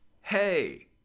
hey